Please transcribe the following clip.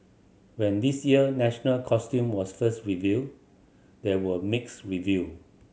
when this year national costume was first revealed there were mixed review